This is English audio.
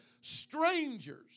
strangers